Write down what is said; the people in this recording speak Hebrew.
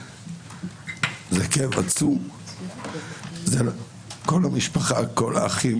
זה כאב עצום, כל המשפחה, כל האחים